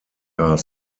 are